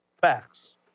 Facts